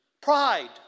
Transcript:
Pride